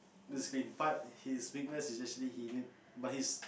part his weakness is actually he need but his